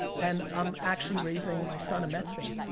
and i'm actually raising my son a mets fan.